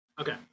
Okay